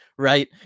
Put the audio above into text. Right